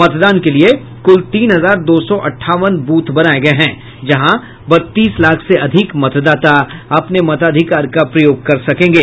मतदान के लिए कुल तीन हजार दो सौ अठावन ब्रथ बनाये गये हैं जहां बत्तीस लाख से अधिक मतदाता अपने मताधिकार का प्रयोग करेंगे